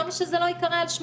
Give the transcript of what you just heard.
למה שזה לא ייקרא על שמו?